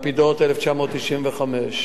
לפידות, 1995,